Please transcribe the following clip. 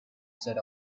set